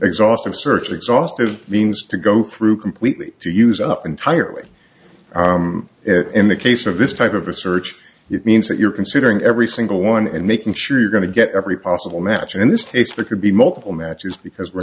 exhaustive search exhaustive means to go through completely to use up entirely in the case of this type of research it means that you're considering every single one and making sure you're going to get every possible match in this case there could be multiple matches because we're